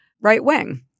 right-wing